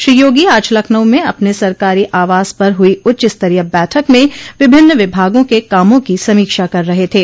श्री योगी आज लखनऊ में अपने सरकारी आवास पर हुई उच्चस्तरीय बैठक में विभिन्न विभागों के कामों की समीक्षा कर रहे थे